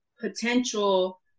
potential